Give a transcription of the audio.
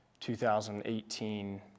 2018